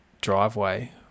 driveway